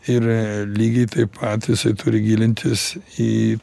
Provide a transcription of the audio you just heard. ir lygiai taip pat jisai turi gilintis į